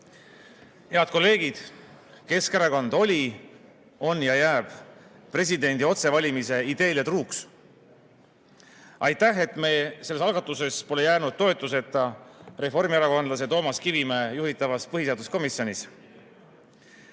Head kolleegid! Keskerakond oli, on ja jääb presidendi otsevalimise ideele truuks. Aitäh, et me selles algatuses pole jäänud toetuseta reformierakondlase Toomas Kivimäe juhitavas põhiseaduskomisjonis!